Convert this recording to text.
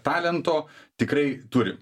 talento tikrai turim